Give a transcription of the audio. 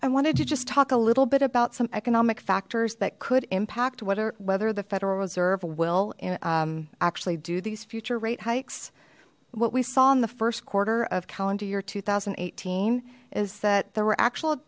i wanted to just talk a little bit about some economic factors that could impact whether whether the federal reserve will and actually do these future rate hikes what we saw in the first quarter of calendar year two thousand and eighteen is that there were actual